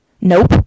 Nope